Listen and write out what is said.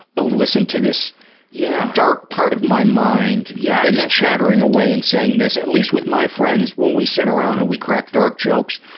oh, listen to this yeah. dark part of my mind that is chattering away and saying this. at least with my friends, when we sit around and we crack dark jokes,